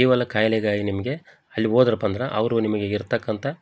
ಇವೆಲ್ಲ ಖಾಯ್ಲೆಗಾಗಿ ನಿಮಗೆ ಅಲ್ಲಿ ಹೋದ್ರಪ್ಪ ಅಂದ್ರೆ ಅವರು ನಿಮಗೆ ಇರತಕ್ಕಂಥ